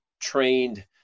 trained